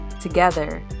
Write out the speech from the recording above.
together